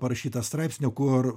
parašytą straipsnį kur